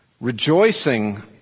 rejoicing